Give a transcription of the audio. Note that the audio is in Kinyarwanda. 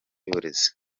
y’uburezi